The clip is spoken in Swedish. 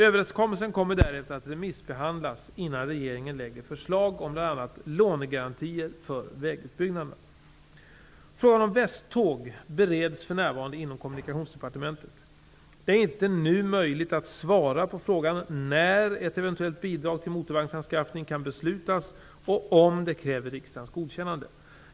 Överenskommelsen kommer därefter att remissbehandlas innan regeringen lägger fram förslag om bl.a. lånegarantier för vägutbyggnaderna. Kommunikationsdepartementet. Det är inte nu möjligt att svara på frågan när ett eventuellt bidrag till motorvagnsanskaffning kan beslutas och om det kräver riksdagens godkännande.